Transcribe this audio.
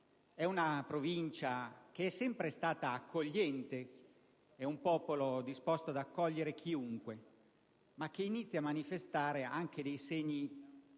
di una provincia che è sempre stata accogliente e di un popolo disposto ad accogliere chiunque, ma che oggi inizia a manifestare segni